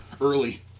early